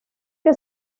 que